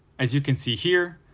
as you can see here,